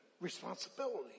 responsibility